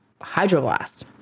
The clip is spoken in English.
hydroblast